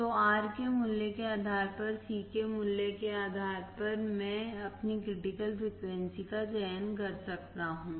तो R के मूल्य के आधार पर C के मूल्य के आधार पर मैं अपनी क्रिटिकल फ्रिकवेंसी का चयन कर सकता हूं